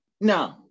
No